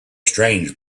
strange